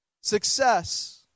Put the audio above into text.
success